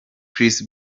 chris